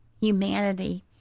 humanity